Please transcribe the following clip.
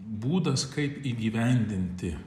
būdas kaip įgyvendinti